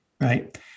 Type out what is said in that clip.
right